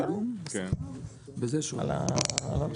אני יודע שהוא מורכב ואנחנו נדבר עליו בהרחבה.